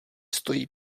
stojí